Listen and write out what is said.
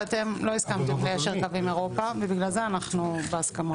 ואתם לא הסכמתם ליישר קו עם אירופה ובגלל זה אנחנו בהסכמות.